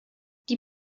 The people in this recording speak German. die